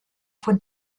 von